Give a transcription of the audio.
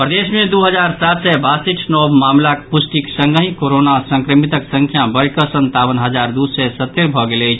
प्रदेश मे दू हजार सात सय बासठि नव मामिलाक पुष्टि के संगहि कोरोना संक्रमितक संख्या बढ़िकऽ संतावन हजार दू सय सत्तरि भऽ गेल अछि